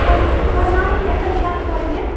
ஒரு ஒரு நாளைக்கு எத்தனை க்ளாஸ் போகிறீங்க